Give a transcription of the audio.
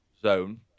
zone